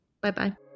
Bye-bye